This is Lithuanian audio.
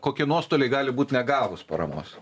kokie nuostoliai gali būt negavus paramos